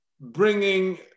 bringing